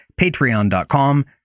patreon.com